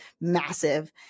massive